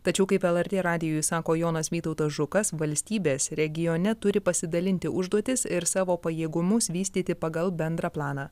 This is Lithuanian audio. tačiau kaip lrt radijui sako jonas vytautas žukas valstybės regione turi pasidalinti užduotis ir savo pajėgumus vystyti pagal bendrą planą